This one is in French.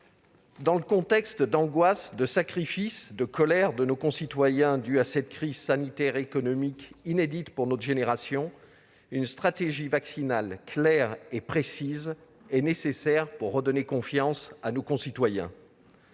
Dans le contexte d'angoisse, de sacrifice et de colère de nos concitoyens provoqué par cette crise sanitaire et économique inédite, une stratégie vaccinale claire et précise est nécessaire pour redonner confiance à nos concitoyens.